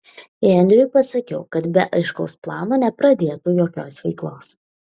henriui pasakiau kad be aiškaus plano nepradėtų jokios veiklos